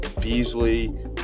Beasley